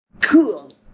cool